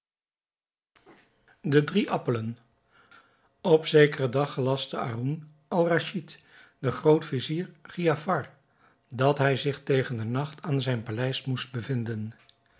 de drie appelen op zekeren dag gelastte haroun-al-raschid den groot-vizier giafar dat hij zich tegen den nacht aan zijn paleis moest bevinden